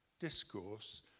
discourse